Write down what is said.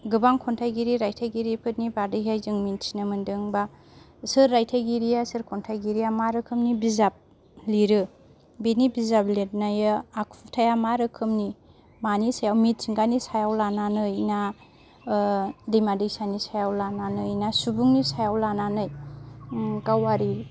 गोबां खन्थाइगिरि रायथायगिरिफोरनि बागैहाय जों मिन्थिनो मोनदों बा सोर रायथाइगिरिया सोर खन्थाइगिरिया मा रोखोमनि बिजाब लिरो बेनि बिजाब लिरनाया आखुथाइया मा रोखोमनि मानि सायाव मिथिंगानि सायाव लानानै ना दैमा दैसानि सायाव लानानै ना सुबुंनि सायाव लानानै गावारि